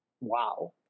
Wow